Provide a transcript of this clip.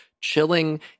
chilling